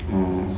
oh